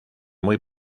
muy